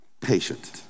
Patient